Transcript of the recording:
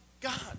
God